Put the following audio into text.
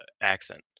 accent